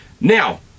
Now